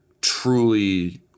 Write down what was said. truly